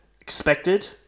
expected